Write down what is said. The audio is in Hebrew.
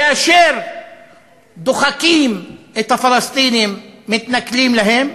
כאשר דוחקים את הפלסטינים, מתנכלים להם,